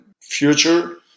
future